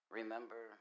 remember